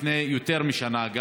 גם לפני יותר משנה,